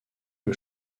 que